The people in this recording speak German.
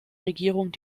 regierung